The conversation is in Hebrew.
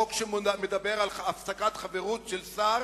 חוק שמדבר על הפסקת חברות של שר,